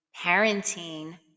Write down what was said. parenting